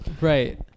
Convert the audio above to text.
Right